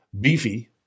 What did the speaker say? beefy